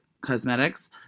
Cosmetics